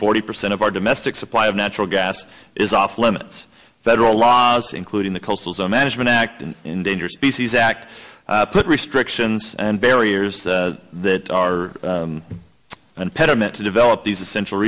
forty percent of our domestic supply of natural gas is off limits federal laws including the coastal zone management act endangered species act put restrictions and barriers that are an impediment to develop these essential